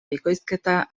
bikoizketa